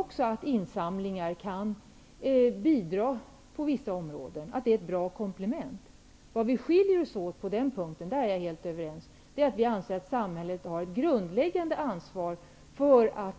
Också jag tror att insamlingar kan vara ett bra komplement, men vad som skiljer oss åt på den punkten är att vi i Vänsterpartiet anser att samhället har ett grundläggande ansvar för att